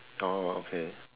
oh okay